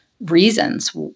reasons